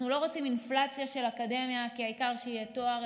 אנחנו לא רוצים אינפלציה של אקדמיה כי העיקר שיהיה תואר,